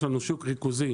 יש לנו שוק ריכוזי,